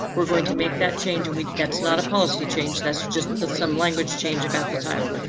we're going to make that change and we that's not a policy change. that's just the sum language. change about the title.